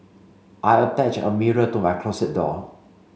I attach a mirror to my closet door